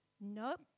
Nope